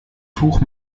tuch